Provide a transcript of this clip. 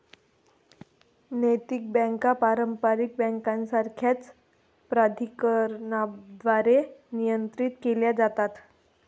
नैतिक बँका पारंपारिक बँकांसारख्याच प्राधिकरणांद्वारे नियंत्रित केल्या जातात